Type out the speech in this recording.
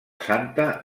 santa